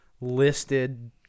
listed